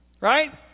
Right